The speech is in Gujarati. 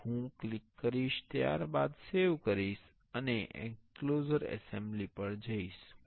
અને હું ક્લિક કરીશ અને ત્યારબાદ સેવ કરીને એંક્લોઝર એસેમ્બલી પર જાઓ